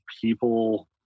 people